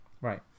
Right